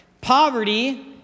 Poverty